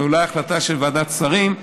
ואולי החלטה של ועדת שרים,